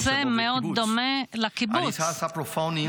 כמובן שרעיון זה מאוד דומה לרעיון הקיבוץ,